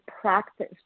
practice